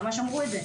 ממש אמרו את זה.